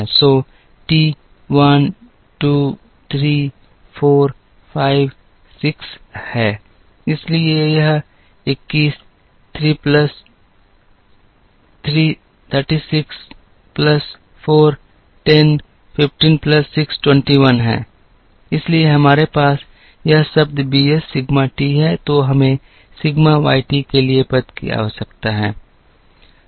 so t 1 2 3 4 5 6 है इसलिए यह 21 3 plus 3 6 plus 4 10 15 plus 6 21 है इसलिए हमारे पास यह शब्द b s सिग्मा t है तो हमें sigma Y t के लिए पद की आवश्यकता है